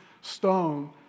stone